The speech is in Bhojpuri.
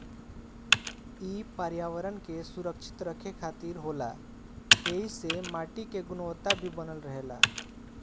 इ पर्यावरण के सुरक्षित रखे खातिर होला ऐइसे माटी के गुणवता भी बनल रहेला